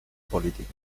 política